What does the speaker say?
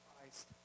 Christ